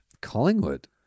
Collingwood